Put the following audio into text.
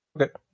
Okay